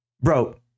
Bro